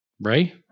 Ray